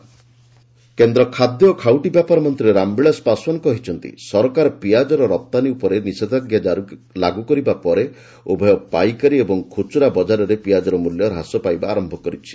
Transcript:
Paswan onion କେନ୍ଦ୍ର ଖାଦ୍ୟ ଓ ଖାଉଟି ବ୍ୟାପାର ମନ୍ତ୍ରୀ ରାମବିଳାଶ ପାଶଓ୍ୱାନ୍ କହିଛନ୍ତି ସରକାର ପିଆଜର ରପ୍ତାନୀ ଉପରେ ନିଷେଧାଜ୍ଞା ଲାଗୁ କରିବା ପରେ ଉଭୟ ପାଇକାରୀ ଓ ଖୁଚୁରା ବକାରରେ ପିଆଜର ମଲ୍ୟ ହ୍ରାସ ପାଇବା ଆରମ୍ଭ କରିଛି